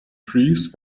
trees